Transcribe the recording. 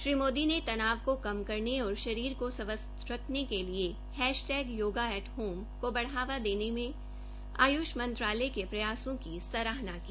श्री मोदी ने तनाव को कम करने और शरीर को स्वस्थ्य रखने के लिए हैशटैग योगा एट होम को बढावा देने में आयुष मंत्रालय के प्रयासों की सराहना की